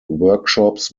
workshops